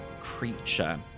creature